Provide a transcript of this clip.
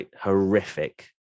horrific